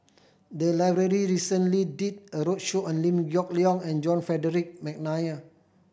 the library recently did a roadshow on Liew Geok Leong and John Frederick McNair